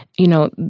you know,